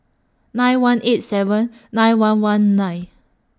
nine one eight seven nine one one nine